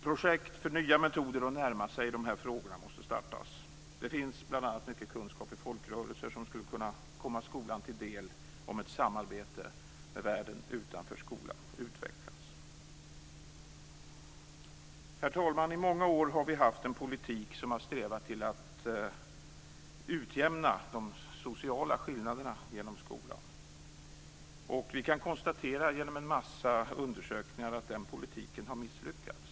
Projekt för nya metoder att närma sig de här frågorna måste startas. Det finns bl.a. mycket kunskap i folkrörelser som skulle kunna komma skolan till del om ett samarbete med världen utanför skolan utvecklas. Herr talman! I många år har vi haft en politik som har strävat efter att utjämna de sociala skillnaderna genom skolan. Vi kan genom en mängd undersökningar konstatera att den politiken har misslyckats.